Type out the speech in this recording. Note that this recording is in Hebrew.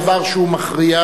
דבר שהוא מכריע,